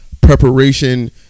preparation